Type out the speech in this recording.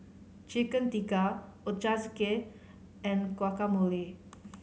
Chicken Tikka Ochazuke and Guacamole